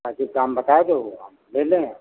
वाजिब दाम बता दो हम ले ले